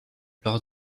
leur